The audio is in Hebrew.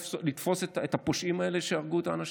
לתפוס את הפושעים האלה שהרגו את האנשים.